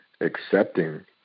accepting